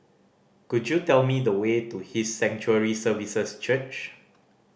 could you tell me the way to His Sanctuary Services Church